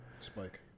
spike